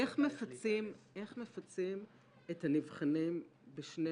איך מפצים את הנבחנים בשני